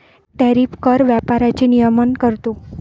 tariff कर व्यापाराचे नियमन करतो